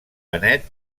benet